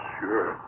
sure